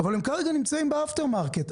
אבל כרגע הם נמצאים ב-after market.